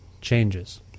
changes